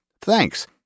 Thanks